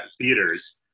theaters